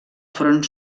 front